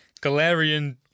Galarian